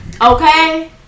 Okay